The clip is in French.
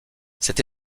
cette